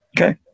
Okay